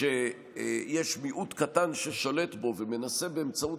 שיש מיעוט קטן ששולט בו ומנסה באמצעות